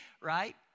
right